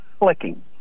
clicking